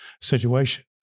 situation